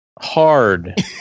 hard